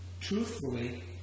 truthfully